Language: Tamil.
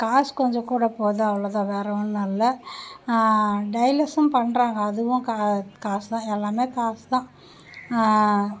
காசு கொஞ்சம்கூட போது அவ்வளோ தான் வேறு ஒன்றும் இல்லை டைலஸும் பண்ணுறாங்க அதுவும் கா காசு தான் எல்லாமே காசு தான்